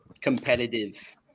competitive